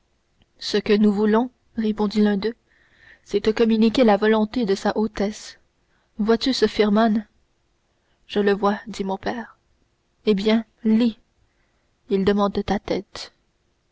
ce que nous voulons répondit l'un d'eux c'est te communiquer la volonté de sa hautesse vois-tu ce firman je le vois dit mon père eh bien lis il